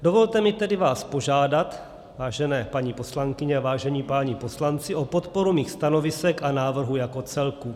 Dovolte mi tedy vás požádat, vážené paní poslankyně a vážení páni poslanci, o podporu mých stanovisek a návrhu jako celku.